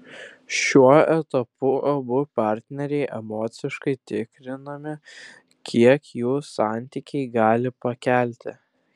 šiuo etapu abu partneriai emociškai tikrinami kiek jų santykiai gali pakelti